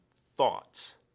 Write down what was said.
thoughts